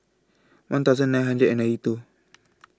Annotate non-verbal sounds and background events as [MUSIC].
one thousand nine hundred and ninety two [NOISE]